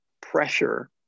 pressure